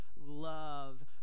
love